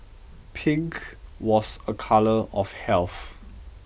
pink was a colour of health